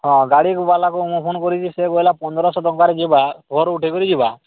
ହଁ ଗାଡ଼ି ବାଲାକୁ ମୁଁ ଫୋନ୍ କରିଛି ସେ କହିଲା ପନ୍ଦରଶହ ଟଙ୍କାରେ ଯିବା ଭୋରୁ ଉଠିକିରି ଯିବା